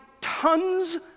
tons